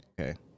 Okay